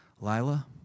Lila